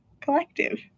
Collective